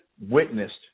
witnessed